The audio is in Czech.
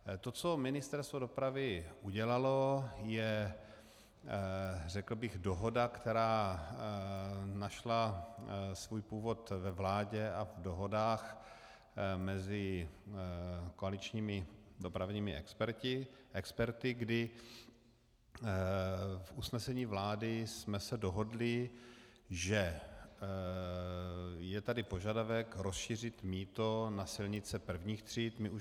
To, co Ministerstvo dopravy udělalo, je, řekl bych, dohoda, která našla svůj původ ve vládě a v dohodách mezi koaličními dopravními experty, kdy v usnesení vlády jsme se dohodli, že je tady požadavek rozšířit mýto na silnice I. tříd.